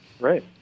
Right